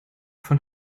von